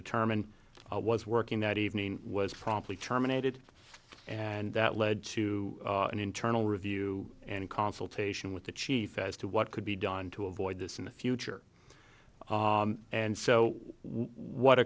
determine was working that evening was promptly terminated and that led to an internal review and consultation with the chief as to what could be done to avoid this in the future and so what